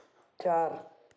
चार